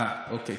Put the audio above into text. אוקיי.